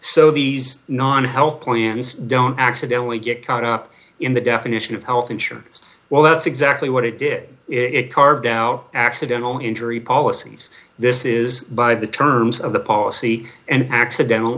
so these non health plans don't accidentally get caught up in the definition of health insurance well that's exactly what it did it carved out accidental injury policies this is by the terms of the policy and accidental